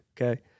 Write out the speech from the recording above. Okay